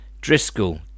Driscoll